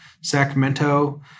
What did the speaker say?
Sacramento